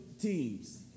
teams